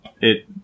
It-